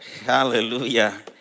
Hallelujah